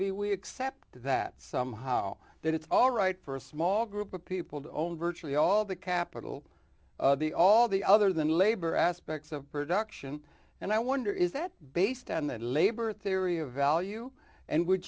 be we accept that somehow that it's all right for a small group of people to own virtually all of the capital the all the other than labor aspects of production and i wonder is that based on that labor theory of value and would